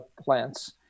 plants